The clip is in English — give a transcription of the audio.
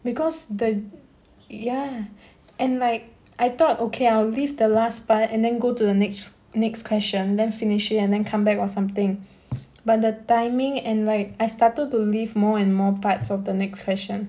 because the ya and like I thought okay I'll leave the last part and then go to the next next question then finish it and then come back or something but the timing and like I started to leave more and more parts of the next question